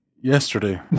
yesterday